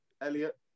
Elliot